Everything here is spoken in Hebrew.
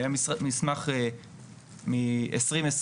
היה מסמך מ-2020,